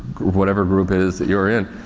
whatever group is that you're in.